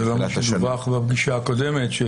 זה לא מה שדווח בפגישה הקודמת.